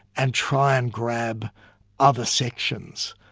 and try and grab other sections,